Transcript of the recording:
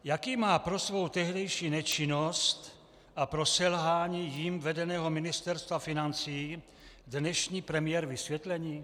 Jaký má pro svou tehdejší nečinnost a pro selhání jím vedeného Ministerstva financí dnešní premiér vysvětlení?